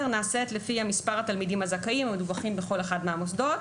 נעשית לפי מספר התלמידים הזכאים המדווחים בכל אחד מהמוסדות,